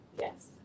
Yes